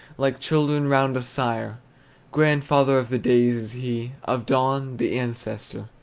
like children round a sire grandfather of the days is he, of dawn the ancestor.